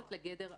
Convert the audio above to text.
שנכנסת לגדר (א)